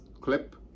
clip